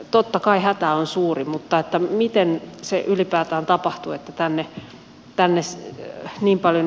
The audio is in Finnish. totta kai hätä on suuri mutta miten se ylipäätään tapahtuu että tänne niin paljon ihmisiä tulee